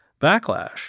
backlash